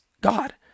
God